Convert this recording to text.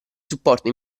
supporto